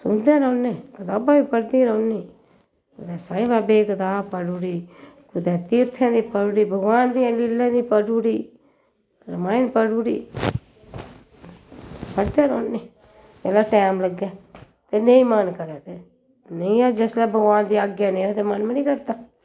सुनदे रौह्ने कताबां बी पढ़दी रौह्नी कुतै साईं बाबे दी कताब पढ़ुड़ी कुतै तीर्थें दी पढ़ुड़ी भगवान दियें लीलें दी पढ़ुड़ी रमायण पढ़ुड़ी पढ़दे रौह्ने जिसलै टैम लग्गै ते नेईं मन करै ते नेईं ऐ जिसलै भगवान दी आज्ञा नेईं होऐ ते मन बी निं करदा